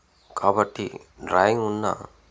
కాబట్టి డ్రాయింగ్ ఉన్న